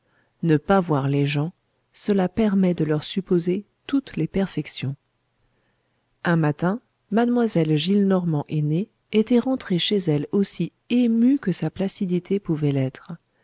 ne pas voir les gens cela permet de leur supposer toutes les perfections un matin mlle gillenormand ainée était rentrée chez elle aussi émue que sa placidité pouvait l'être